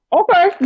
okay